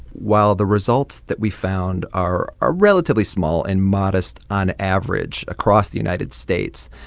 while the results that we found are are relatively small and modest on average across the united states,